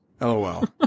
lol